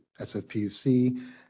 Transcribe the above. SFPUC